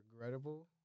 Regrettable